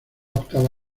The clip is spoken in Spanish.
octava